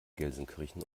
gelsenkirchen